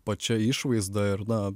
pačia išvaizda ir na